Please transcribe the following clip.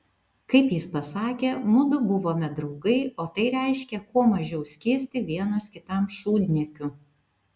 kaip jis pasakė mudu buvome draugai o tai reiškė kuo mažiau skiesti vienas kitam šūdniekių